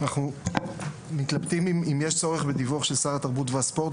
אנחנו מתלבטים אם יש צורך בדיווח של שר התרבות והספורט,